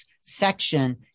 section